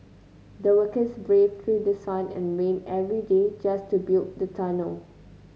the workers braved through sun and rain every day just to build the tunnel